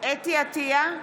אתי עטייה,